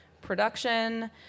Production